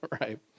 Right